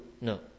No